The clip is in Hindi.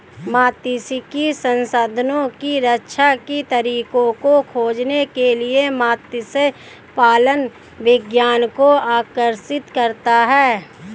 मात्स्यिकी संसाधनों की रक्षा के तरीकों को खोजने के लिए मत्स्य पालन विज्ञान को आकर्षित करता है